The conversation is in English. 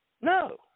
No